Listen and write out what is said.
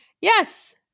Yes